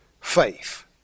faith